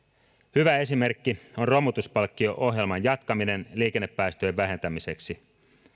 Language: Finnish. hyvä esimerkki on romutuspalkkio ohjelman jatkaminen liikennepäästöjen vähentämiseksi